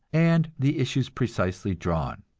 and the issues precisely drawn.